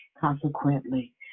Consequently